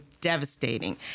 devastating